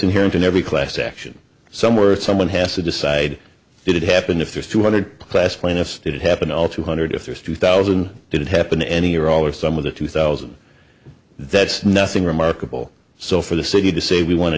inherent in every class action somewhere someone has to decide if it happened if there's two hundred class plaintiffs did it happen all two hundred if there's two thousand did it happen any or all or some of the two thousand that's nothing remarkable so for the city to say we want to